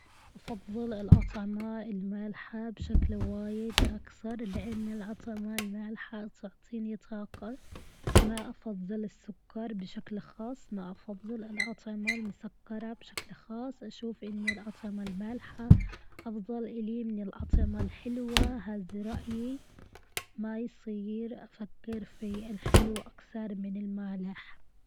أفظل الأطعمة المالحة بشكل وايد أكثر لأن الأطعمة المالحة تعطين طاقة. ما أفضل السكر بشكل خاص ما أفظل الأطعمة المسكرة بشكل خاص. أشوف أني الأطعمة المالحة أفضل إلي من الأطعمة الحلوة هذا رائي ما يصير أفكر في الحلو أكثر من المالح.